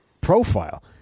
profile